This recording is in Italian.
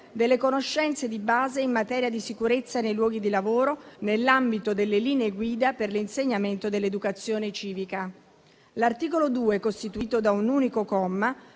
delle conoscenze di base in materia di sicurezza nei luoghi di lavoro, nell'ambito delle linee guida per l'insegnamento dell'educazione civica. L'articolo 2, costituito da un unico comma,